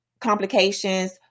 complications